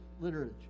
literature